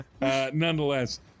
Nonetheless